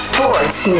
Sports